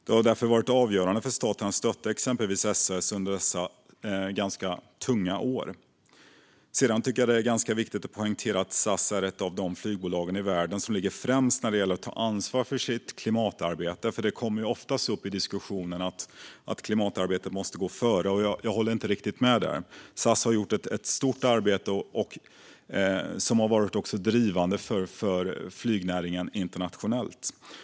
Det har därför varit avgörande för staten att stötta exempelvis SAS under dessa ganska tunga år. Sedan tycker jag att det är viktigt att poängtera att SAS är ett av de flygbolag i världen som ligger främst när det gäller att ta ansvar för sitt klimatarbete. Det kommer ofta upp i diskussionen att klimatarbetet måste gå före, och jag håller inte riktigt med om det. SAS har gjort ett stort arbete som också varit drivande för flygnäringen internationellt.